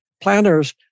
Planners